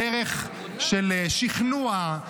בדרך של שכנוע,